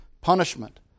punishment